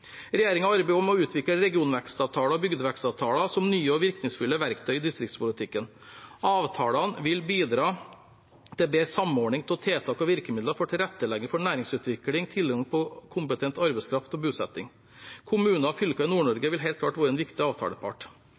å utvikle regionvekstavtaler og bygdevekstavtaler som nye og virkningsfulle verktøy i distriktspolitikken. Avtalene vil bidra til bedre samordning av tiltak og virkemidler for tilrettelegging for næringsutvikling, tilgang på kompetent arbeidskraft og bosetting. Kommuner og fylker i Nord-Norge vil helt klart være en viktig avtalepart.